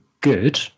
good